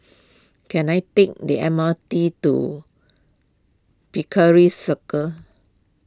can I take the M R T to Circus